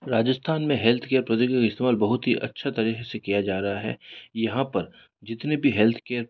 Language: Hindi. राजस्थान में हेल्थ केयर प्रौद्योगिकी का इस्तेमाल बहुत ही अच्छा तरीके से किया जा रहा है यहाँ पर जितने भी केयर